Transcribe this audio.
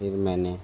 फिर मैंने